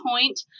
point